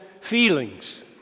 feelings